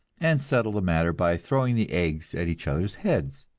and settle the matter by throwing the eggs at each other's heads.